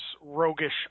Roguish